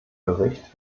bericht